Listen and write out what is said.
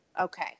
Okay